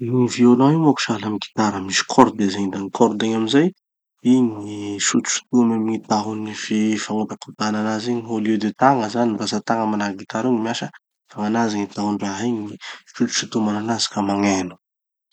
Io violent io manko sahala amy gny gitara, misy cordes izy igny. Da gny cordes igny amizay, igny gny sotosotomy gny tahony sy fagnodakodahan'anazy igny, au lieu de tagna zany, ratsa-tagna manahaky gitara io gny miasa, gn'anazy gny tahony raha igny isotosotoman'anazy ka magneno.